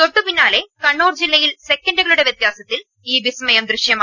തൊട്ടു പിന്നാലെ കണ്ണൂർ ജില്ലയിൽ സെക്കന്റുകളുടെ വൃത്യാസ ത്തിൽ ഈ വിസ്മയം ദൃശ്യമായി